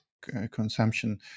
consumption